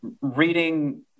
reading